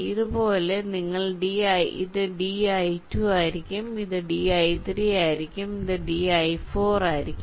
അതുപോലെ ഇത് di2 ആയിരിക്കും ഇത് di3 ആയിരിക്കും ഇത് di4 ആയിരിക്കും